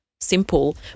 simple